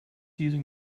using